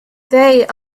they